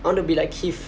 I want to be like keith